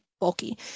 Bulky